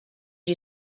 you